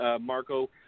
Marco